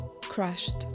crashed